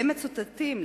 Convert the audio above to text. והם מצוטטים,